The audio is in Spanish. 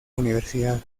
universidad